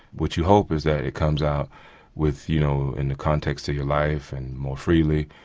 which you hope is that it comes out with you know in the context of your life and more freely.